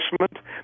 investment